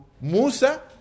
Musa